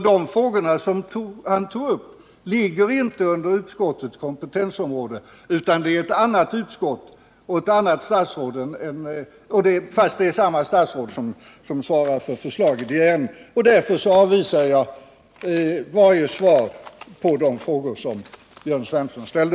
De ligger nämligen inte under justitieutskottets kompetensområde utan under ett annat utskotts, även om de beredes inom samma departement som spaningslagen. Därför avvisar jag de frågor som Jörn Svensson ställde.